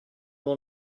will